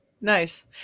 Nice